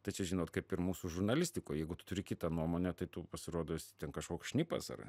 tad čia žinot kaip ir mūsų žurnalistikoj jeigu tu turi kitą nuomonę tai tu pasirodo esi ten kažkoks šnipas ar